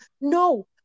No